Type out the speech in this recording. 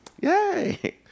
Yay